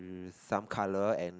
some color and